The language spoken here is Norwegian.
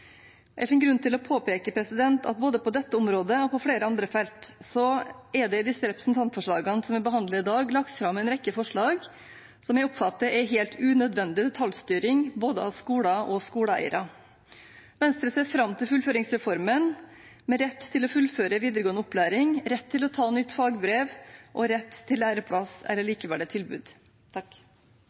Jeg finner grunn til å påpeke at både på dette området og på flere andre felt er det i de representantforslagene som vi behandler i dag, lagt fram en rekke forslag som jeg oppfatter er helt unødvendig detaljstyring av både skoler og skoleeiere. Venstre ser fram til fullføringsreformen – med rett til å fullføre videregående opplæring, rett til å ta nytt fagbrev og rett til læreplass eller likeverdig tilbud.